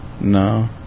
No